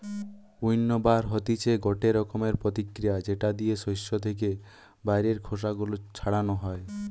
উইন্নবার হতিছে গটে রকমের প্রতিক্রিয়া যেটা দিয়ে শস্য থেকে বাইরের খোসা গুলো ছাড়ানো হয়